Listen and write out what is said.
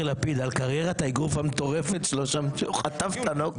לפיד על קריירת האגרוף המטורפת שלו שם כשהוא חטף את הנוקאאוט.